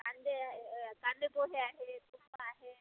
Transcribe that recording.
कांदे कांदेपोहे आहेत उपमा आहे